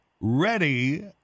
Ready